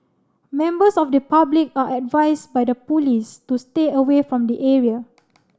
members of the public are advise by the police to stay away from the area